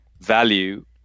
value